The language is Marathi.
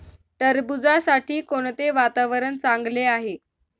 टरबूजासाठी कोणते वातावरण चांगले आहे?